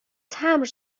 تمبر